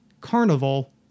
Carnival